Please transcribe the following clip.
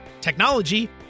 technology